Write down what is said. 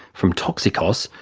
from toxikos,